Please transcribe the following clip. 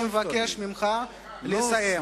אני מבקש ממך לסיים.